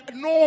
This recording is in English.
no